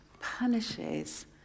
punishes